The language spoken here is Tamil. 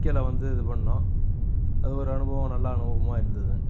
கீழே வந்து இது பண்ணோம் அது ஒரு அனுபவம் நல்ல அனுபவமாக இருந்துது